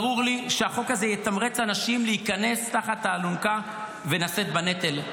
ברור לי שהחוק הזה יתמרץ אנשים להיכנס תחת האלונקה ולשאת בנטל.